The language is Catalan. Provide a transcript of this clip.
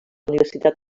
universitat